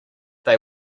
they